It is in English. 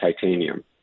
titanium